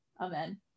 Amen